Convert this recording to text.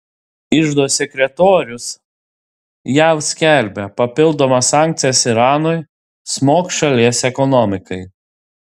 iždo sekretorius jav skelbia papildomas sankcijas iranui smogs šalies ekonomikai